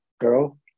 girl